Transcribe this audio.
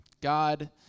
God